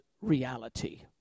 reality